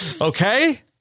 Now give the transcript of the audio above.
Okay